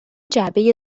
جعبه